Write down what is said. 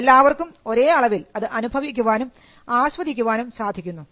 എല്ലാവർക്കും ഒരേ അളവിൽ അത് അനുഭവിക്കാനും ആസ്വദിക്കാനും സാധിക്കുന്നു